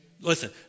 Listen